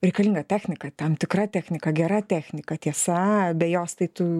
reikalinga technika tam tikra technika gera technika tiesa be jos tai tu